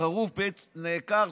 החרוב נעקר